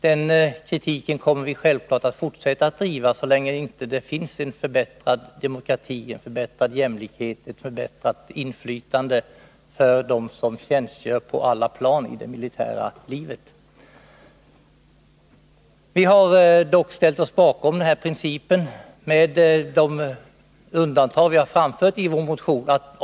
Den kritiken kommer vi självfallet att fortsätta att driva, så länge det inte finns förbättrad demokrati, förbättrad jämlikhet, förbättrat inflytande för dem som tjänstgör på olika Dock har vi ställt oss bakom den princip det här gäller, med de undantag vi har anfört i vår motion.